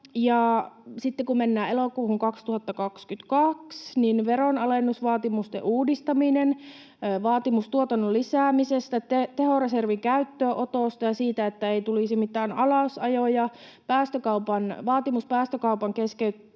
kun mennään elokuuhun 2022, niin tulivat veronalennusvaatimusten uudistaminen, vaatimus tuotannon lisäämisestä, tehoreservin käyttöönotosta ja siitä, että ei tulisi mitään alasajoja, vaatimus päästökaupan keskeyttämisestä